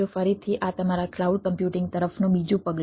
ફરીથી આ તમારા ક્લાઉડ કમ્પ્યુટિંગ તરફનું બીજું પગલું છે